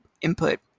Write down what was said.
input